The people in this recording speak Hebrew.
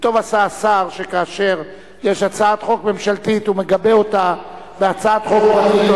וטוב עשה השר שכאשר יש הצעת חוק ממשלתית הוא מגבה אותה בהצעת חוק פרטית,